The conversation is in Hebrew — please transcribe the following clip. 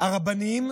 הרבניים